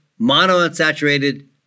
monounsaturated